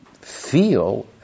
feel